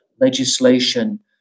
legislation